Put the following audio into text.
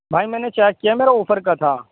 بھائی میں نے چیک کیا ہے میرا آفر کا تھا